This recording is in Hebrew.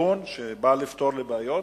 כיוון שבא לפתור בעיות.